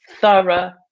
thorough